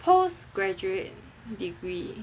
post graduate degree